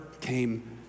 came